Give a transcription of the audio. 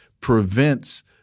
prevents